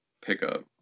pickup